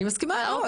אני מסכימה.